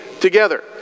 together